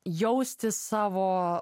jausti savo